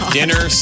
Dinner